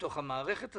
בתוך המערכת הזאת,